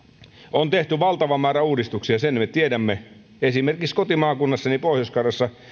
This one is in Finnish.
on tehty valtava määrä uudistuksia sen me tiedämme esimerkiksi kotimaakunnassani pohjois karjalassa